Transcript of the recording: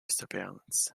surveillance